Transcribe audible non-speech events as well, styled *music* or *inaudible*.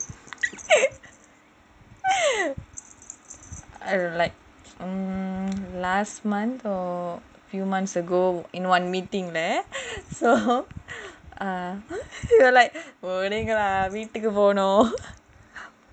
*laughs* I'm like mm last month or few months ago in one meeting right you were like ஒழுங்கா வீட்டுக்கு போனும்:olungaa veetuku ponum